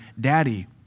Daddy